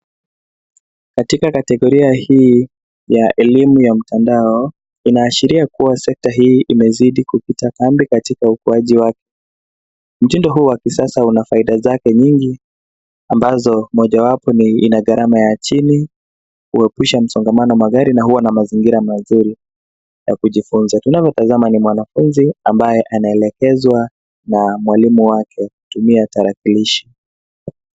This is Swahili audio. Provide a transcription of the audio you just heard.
Katika kategoria hii ya elimu ya mtandao, inaashiria kuwa sekta hii imezidi kupita kando katika ukuaji wake. Mtindo huu wa kisasa una faida zake nyingi. Ambazo mojawapo ina gharama ya chini, kuepusha msongamano wa magari na huwa na mazingira mazuri ya kujifunza. Tunachotazama ni mwanafunzi ambaye anaelekezwa na mwalimu wake kwa kutumia tarakilishi.